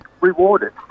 rewarded